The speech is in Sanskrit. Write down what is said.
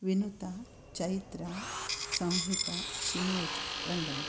विनुता चैत्रा संहिता शिनोज् रङ्गण्ण